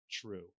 true